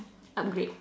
upgrade